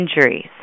injuries